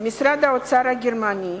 למשרד האוצר הגרמני,